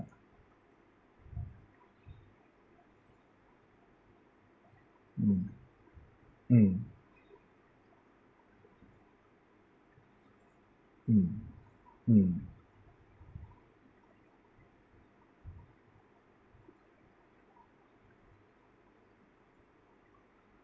mm mm mm mm